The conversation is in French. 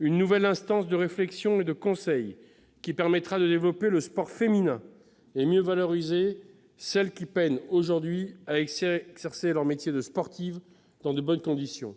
Une nouvelle instance de réflexion et de conseil permettra de développer le sport féminin et de mieux valoriser celles qui peinent, aujourd'hui, à exercer leur métier de sportives dans de bonnes conditions.